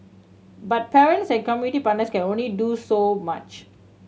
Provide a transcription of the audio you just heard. but parents and community partners can only do so much